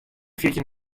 fjirtjin